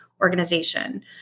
organization